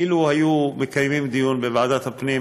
אילו היו מקיימים דיון בוועדת הפנים,